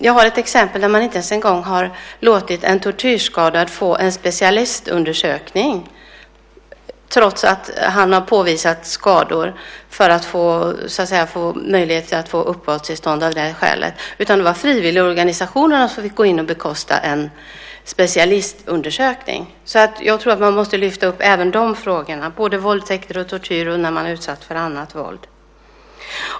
Jag har ett exempel där man inte ens har låtit en tortyrskadad få en specialistundersökning, trots att han har påvisat skador för att få möjlighet att få uppehållstillstånd av det skälet. Det var frivilligorganisationerna som fick gå in och bekosta en specialistundersökning. Jag tror att vi måste lyfta fram även de frågorna, både våldtäkter och tortyr liksom när man varit utsatt för annat våld.